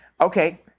Okay